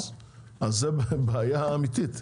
אז זו בעיה אמיתית.